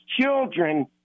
children